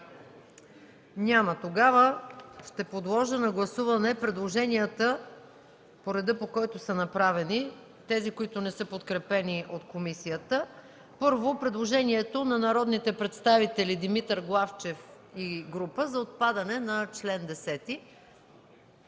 Няма. Тогава ще подложа на гласуване предложенията по реда, по който са направени, тези, които не са подкрепени от комисията. Предложението на народния представител Димитър Главчев и група народни